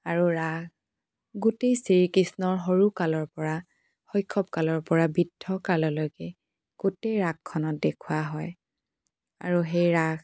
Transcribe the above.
আৰু ৰাস গোটেই শ্ৰীকৃষ্ণৰ সৰু কালৰ পৰা শৈশৱ কালৰ পৰা বৃদ্ধ কাললৈকে গোটেই ৰাসখনত দেখুওৱা হয় আৰু সেই ৰাস